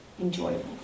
enjoyable